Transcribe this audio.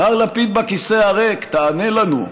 מר לפיד בכיסא הריק, תענה לנו,